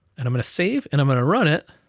and i'm gonna save, and i'm gonna run it,